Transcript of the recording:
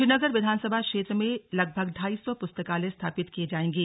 श्रीनगर विधानसभा क्षेत्र में लगभग ढाई सौ पुस्तकालय स्थापित किये जाएंगे